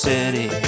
City